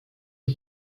die